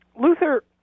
Luther